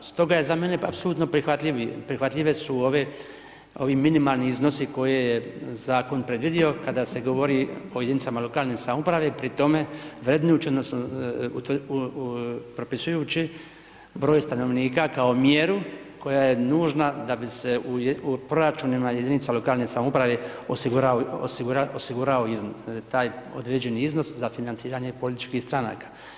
Stoga je za mene apsolutno prihvatljive su ovi minimalni iznosi koje je zakon predvidio kada se govori o jedinicama lokalne samouprave, pri tome .../nerazumljivo/... propisujući broj stanovnika kao mjeru koja je nužna da bi se u proračunima jedinicama lokalne samouprave osigurao taj određeni iznos za financiranje političkih stranaka.